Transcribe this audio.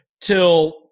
till